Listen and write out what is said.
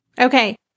Okay